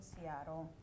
Seattle